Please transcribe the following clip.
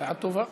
הצעה טובה.